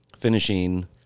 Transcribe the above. finishing